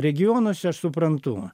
regionuose aš suprantu